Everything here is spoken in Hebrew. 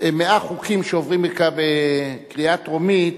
100 חוקים שעוברים בקריאה טרומית,